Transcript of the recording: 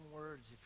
words